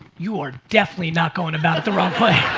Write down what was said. you are definitely not going about it the wrong way.